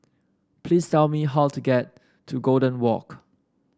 please tell me how to get to Golden Walk